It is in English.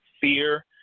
fear